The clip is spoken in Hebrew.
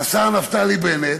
השר נפתלי בנט,